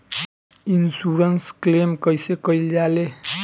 Insurance claim कइसे कइल जा ले?